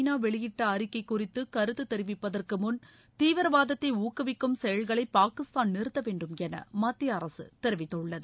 நா வெளியிட்ட அறிக்கை குறித்து கருத்து தெரிவிப்பதற்கு முன் தீவிரவாதத்தை ஊக்குவிக்கும் செயல்களை பாகிஸ்தான் நிறுத்த வேண்டும் என மத்திய அரசு தெரிவித்துள்ளது